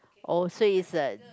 oh so it's a